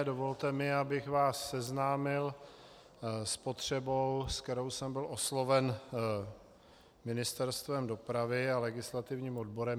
Dovolte mi, abych vás seznámil s potřebou, s kterou jsem byl osloven Ministerstvem dopravy a jejich legislativním odborem.